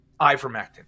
ivermectin